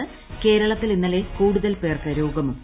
ന് കേരളത്തിൽ ഇന്നലെ കൂടുതൽ ്പേർക്ക് രോഗമുക്തി